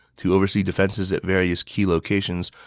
to oversee defenses at various key locations,